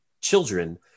children